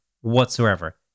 whatsoever